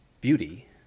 beauty